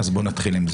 מי מציג?